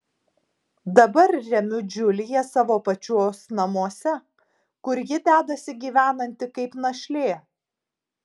dabar remiu džiuliją savo pačios namuose kur ji dedasi gyvenanti kaip našlė